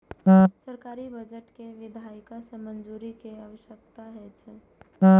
सरकारी बजट कें विधायिका सं मंजूरी के आवश्यकता होइ छै